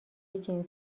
جنسیتی